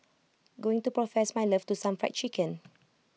going to profess my love to some Fried Chicken